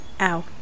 Ow